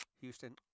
Houston